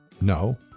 no